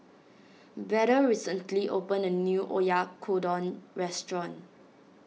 Beda recently opened a new Oyakodon restaurant